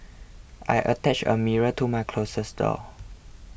I attached a mirror to my closet door